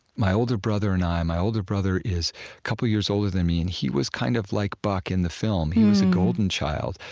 my older brother and i my older brother is a couple years older than me, and he was kind of like buck in the film. he was a golden child.